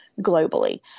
globally